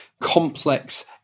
complex